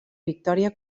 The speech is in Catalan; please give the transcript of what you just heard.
victòria